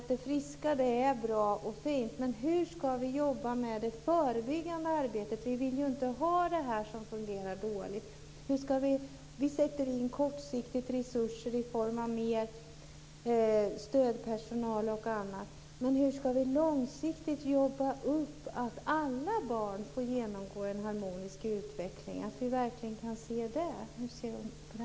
Det friska är bra och fint, men hur ska vi jobba med det förebyggande arbetet? Vi vill ju inte ha det som fungerar dåligt. Vi sätter in kortsiktiga resurser i form av mer stödpersonal osv., men hur ska vi långsiktigt jobba upp det hela så att vi verkligen kan se att alla barn får genomgå en harmonisk utveckling? Hur ser Nalin Pekgul på detta?